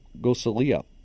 Gosalia